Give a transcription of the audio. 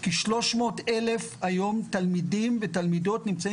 כשלוש מאות אלף תלמידים ותלמידות היום נמצאים